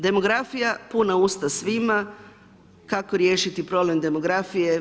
Demografija puna usta svima, kako riješiti problem demografije?